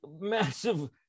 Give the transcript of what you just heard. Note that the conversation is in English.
massive